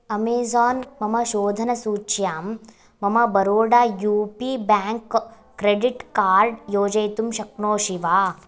Amazon मम शोधनसूच्यां मम Baroda U P bank credit card योजयितुं शक्नोषि वा